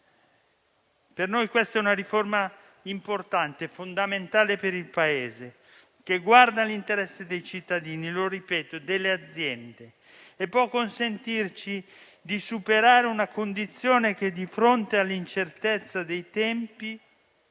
per noi è una riforma importante, fondamentale per il Paese, che guarda all'interesse dei cittadini e delle aziende e può consentirci di superare una condizione che, di fronte all'incertezza dei tempi,